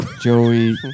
Joey